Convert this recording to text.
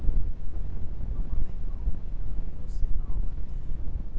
हमारे गांव में लकड़ियों से नाव बनते हैं